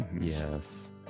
Yes